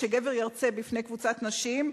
שגבר ירצה בפני קבוצת נשים,